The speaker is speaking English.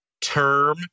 term